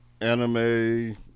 anime